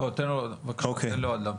לא תן לו בבקשה להמשיך.